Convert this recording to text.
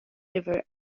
river